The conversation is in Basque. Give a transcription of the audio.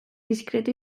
diskretu